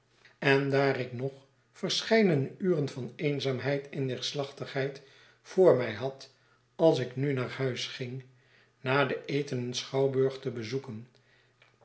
en daar ik nog verscheidene uren van eenzaamheid en neerslachtigheid voor mij had als ik nu naar huis ging na den eten een schouwburg te bezoeken